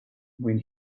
when